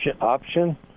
option